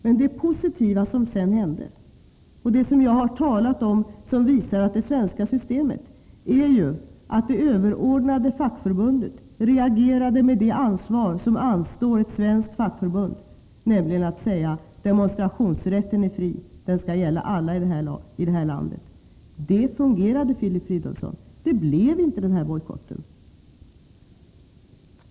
Men det positiva som sedan hände — vilket jag har talat om och som visar hur det svenska systemet fungerar — var att det överordnade fackförbundet reagerade med det ansvar som anstår ett svenskt fackförbund, nämligen genom att säga att demonstrationsrätten är fri och skall gälla alla i det här landet. Systemet fungerade, Filip Fridolfsson, och det blev inte någon bojkott.